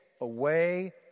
away